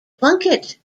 plunkett